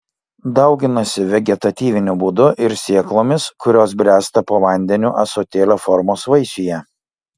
dauginasi vegetatyviniu būdu ir sėklomis kurios bręsta po vandeniu ąsotėlio formos vaisiuje